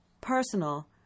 personal